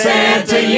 Santa